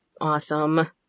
Awesome